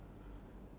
ya